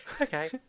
Okay